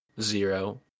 zero